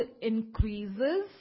increases